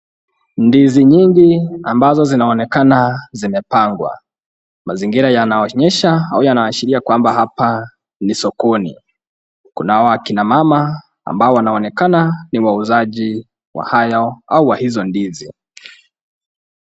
Ndizi nyingi ambazo zinaonekana zimepangwa. Mazingira yanaonyesha au yanaashiria kwamba hapa ni sokoni. Kunao akina mama ambao wanaonekana ni wauzaji wa hayo au wa hizo ndizi.